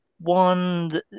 one